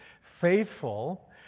faithful